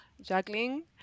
juggling